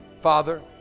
Father